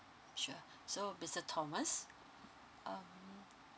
sure so mister thomas um